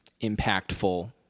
impactful